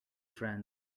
friends